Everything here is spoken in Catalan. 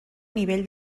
nivell